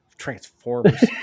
transformers